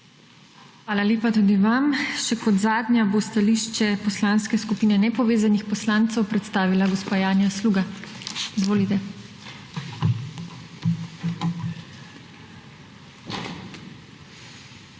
Hvala lepa tudi vam. Še kot zadnja bo stališče Poslanske skupine Nepovezanih poslancev predstavila gospa Janja Sluga. Izvolite.